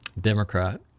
Democrat